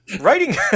writing